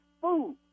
food